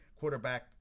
quarterback